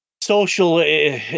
social